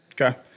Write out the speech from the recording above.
Okay